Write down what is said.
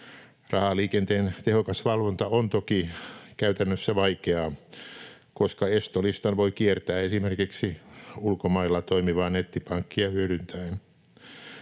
Rahaliikenteen tehokas valvonta on toki käytännössä vaikeaa, koska estolistan voi kiertää esimerkiksi ulkomailla toimivaa nettipankkia hyödyntäen.